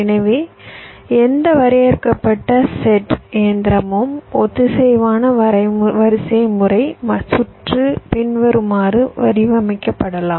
எனவே எந்த வரையறுக்கப்பட்ட செட் இயந்திரமும் ஒத்திசைவான வரிசைமுறை சுற்று பின்வருமாறு வடிவமைக்கப்படலாம்